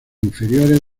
inferiores